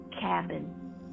cabin